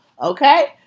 Okay